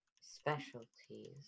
specialties